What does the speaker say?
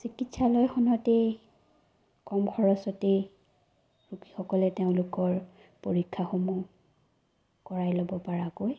চিকিৎসালয়খনতেই কম খৰচতে ৰোগীসকলে তেওঁলোকৰ পৰীক্ষাসমূহ কৰাই ল'ব পৰাকৈ